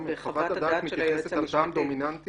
חוות הדעת מתייחסת על טעם דומיננטי